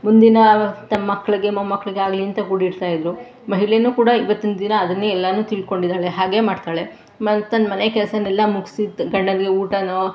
ಮುಂದಿನ ತಮ್ಮ ಮಕ್ಳಿಗೆ ಮೊಮ್ಮಕ್ಕಳಿಗಾಗ್ಲಿ ಅಂತ ಕೂಡಿಡ್ತಾಯಿದ್ದರು ಮಹಿಳೆಯೂ ಕೂಡ ಈವತ್ತಿನ ದಿನ ಅದನ್ನೇ ಎಲ್ಲನೂ ತಿಳ್ಕೊಂಡಿದ್ದಾಳೆ ಹಾಗೆ ಮಾಡ್ತಾಳೆ ಮ ತನ್ನ ಮನೆ ಕೆಲಸನೆಲ್ಲ ಮುಗಿಸಿ ಗಂಡನಿಗೆ ಊಟನೋ